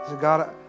God